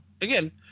again